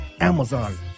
Amazon